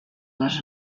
les